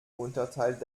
unterteilt